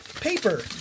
paper